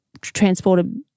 transported